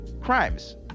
crimes